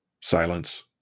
Silence